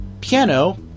piano